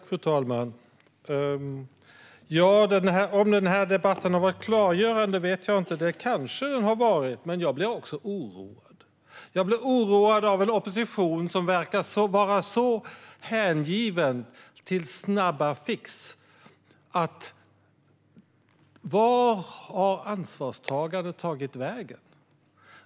Fru talman! Kanske har denna debatt varit klargörande, men jag blir också oroad. Jag blir oroad av en opposition som verkar vara så hängiven snabbfix. Vart har ansvarstagandet tagit vägen?